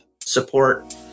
support